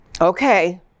okay